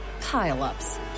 pile-ups